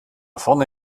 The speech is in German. vorne